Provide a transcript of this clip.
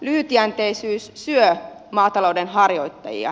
lyhytjänteisyys syö maataloudenharjoittajia